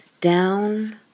down